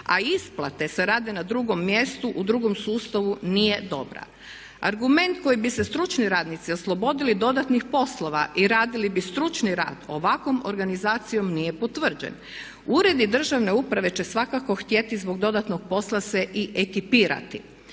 a isplate se rade na drugom mjestu u drugom sustavu nije dobra. Argument kojim bi se stručni radnici oslobodili dodatnih poslova i radili bi stručni rad ovakvom organizacijom nije potvrđen. Uredi državne uprave će svakako htjeti zbog dodatnog posla se i ekipirati.